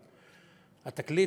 "התקליט",